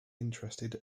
interested